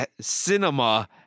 cinema